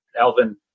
Alvin